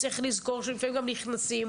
צריך לזכור שלפעמים גם נכנסים.